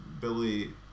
Billy